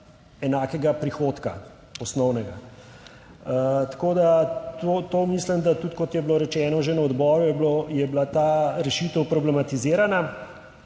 enakega prihodka osnovnega. Tako da to mislim, da tudi kot je bilo rečeno že na odboru je bilo, je bila ta rešitev problematizirana.